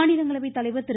மாநிலங்களவைத் தலைவர் திரு